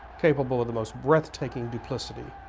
capable of the most breathtaking duplicity.